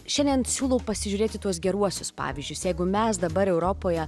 šiandien siūlau pasižiūrėti tuos geruosius pavyzdžius jeigu mes dabar europoje